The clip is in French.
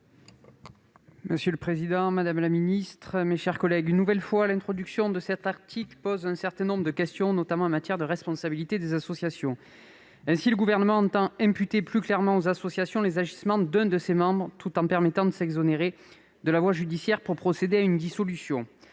pour présenter l'amendement n° 523. Une nouvelle fois, cet article pose un certain nombre de questions, notamment en matière de responsabilité des associations. Ainsi, le Gouvernement entend imputer plus clairement à une association les agissements de l'un de ses membres, tout en permettant de s'exonérer de la voie judiciaire pour procéder à une dissolution.